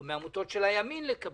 או מעמותות של הימין לקבל,